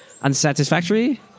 unsatisfactory